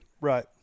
Right